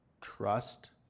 trust